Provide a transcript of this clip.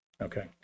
Okay